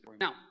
Now